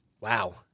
Wow